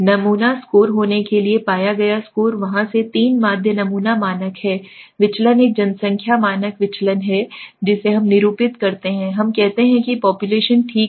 नमूना स्कोर होने के लिए पाया गया स्कोर वहाँ थे 3 माध्य नमूना मानक है विचलन एक जनसंख्या मानक विचलन है जिसे हम निरूपित करते हैं हम कहते हैं कि population ठीक है